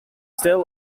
still